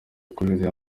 kujurira